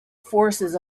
forces